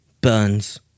Burns